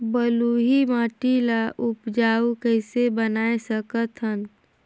बलुही माटी ल उपजाऊ कइसे बनाय सकत हन?